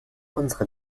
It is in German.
unsere